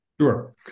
Sure